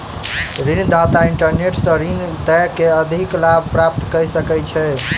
ऋण दाता इंटरनेट सॅ ऋण दय के अधिक लाभ प्राप्त कय सकै छै